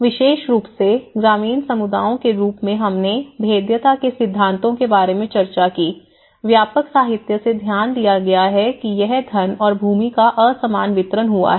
विशेष रूप से ग्रामीण समुदायों के रूप में हमने भेद्यता के सिद्धांतों के बारे में चर्चा की व्यापक साहित्य से ध्यान दिया गया है कि यह धन और भूमि का असमान वितरण हुआ है